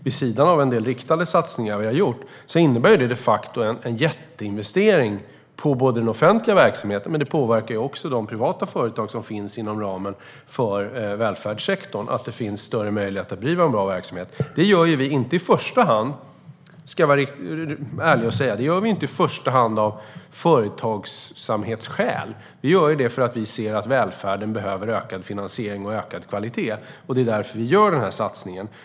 Vid sidan av en del riktade satsningar vi har gjort innebär detta de facto en jätteinvestering i den offentliga verksamheten, men det påverkar också de privata företag som finns inom ramen för välfärdssektorn att det finns större möjlighet att bedriva en bra verksamhet. Detta gör vi inte i första hand av företagssamhetsskäl, ska jag vara ärlig och säga, utan för att vi ser att välfärden behöver ökad finansiering och ökad kvalitet. Det är därför vi gör den här satsningen.